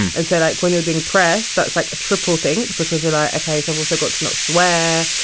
and so, like, when you're doing press, that's, like, a triple think because you're like, ok, so i've also got to not swear.